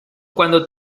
cuando